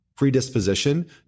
predisposition